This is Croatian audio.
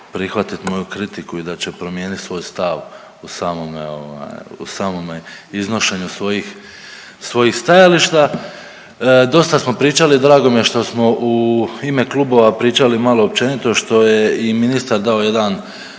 moju kritiku i da će promijenit svoj stav u samome ovaj, u samome iznošenju svojih, svojih stajališta. Dosta smo pričali, drago mi je što smo u ime klubova pričali malo općenito, što je i ministar dao jedan,